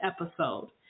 episode